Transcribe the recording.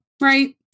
right